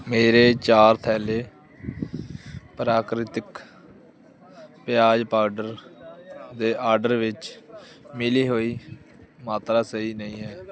ਮੇਰੇ ਚਾਰ ਥੈਲੇ ਪ੍ਰਕ੍ਰਿਤੀਕ ਪਿਆਜ਼ ਪਾਊਡਰ ਦੇ ਆਰਡਰ ਵਿੱਚ ਮਿਲੀ ਹੋਈ ਮਾਤਰਾ ਸਹੀ ਨਹੀਂ ਹੈ